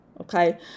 okay